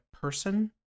person